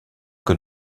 que